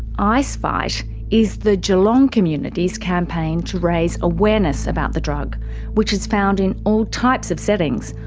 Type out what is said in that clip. ice fight is the geelong community's campaign to raise awareness about the drug which is found in all types of settings,